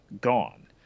gone